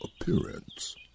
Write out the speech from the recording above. appearance